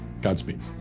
Godspeed